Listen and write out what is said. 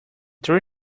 three